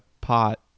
pot